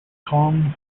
kong